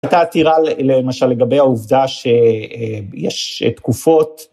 הייתה עתירה למשל לגבי העובדה שיש תקופות...